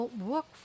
work